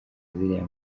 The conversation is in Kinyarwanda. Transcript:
ziriya